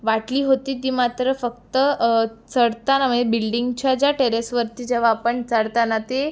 वाटली होती ती मात्र फक्त चढताना म्हणजे बिल्डिंगच्या ज्या टेरेसवरती जेव्हा आपण चढताना ती